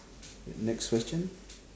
next question